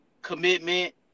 commitment